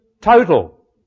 total